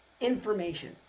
information